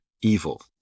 evil